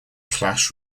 clash